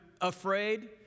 afraid